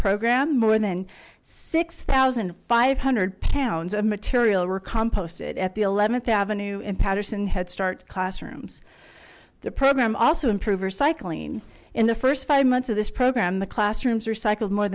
program more than six thousand five hundred pounds of material rick composted at the eleventh avenue in patterson head start classrooms the program also improver cycling in the first five months of this program the classrooms are cycled more